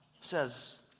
says